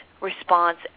response